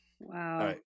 Wow